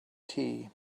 tea